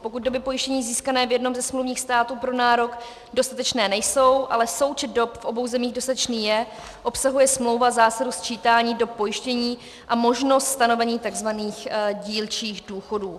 Pokud doby pojištění získané v jednom ze smluvních států pro nárok dostatečné nejsou, ale součet dob v obou zemích dostatečný je, obsahuje smlouva zásadu sčítání do pojištění a možnost stanovení takzvaných dílčích důchodů.